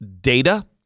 data